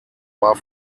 war